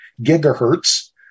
gigahertz